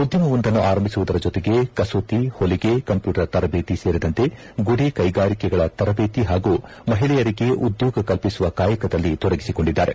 ಉದ್ಯಮವೊಂದನ್ನು ಆರಂಭಿಸುವುದರ ಮೂಲಕ ಕಸೂತಿ ಹೊಲಿಗೆ ಕಂಪ್ಯೂಟರ್ ತರಬೇತಿ ಸೇರಿದಂತೆ ಗುಡಿ ಕೈಗಾರಿಕೆಗಳ ತರಬೇತಿ ಹಾಗೂ ಮಹಿಳೆಯರಿಗೆ ಉದ್ಮೋಗ ಕಲ್ಪಿಸುವ ಕಾಯಕದಲ್ಲಿ ತೊಡಗಿಸಿಕೊಂಡಿದ್ದಾರೆ